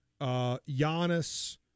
Giannis